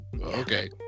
okay